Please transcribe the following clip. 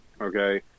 okay